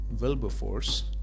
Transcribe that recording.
Wilberforce